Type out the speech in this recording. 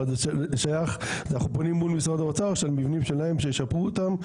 אבל זה שייך אנחנו פונים מול משרד האוצר של מבנים שלהם שישפרו אותם,